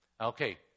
Okay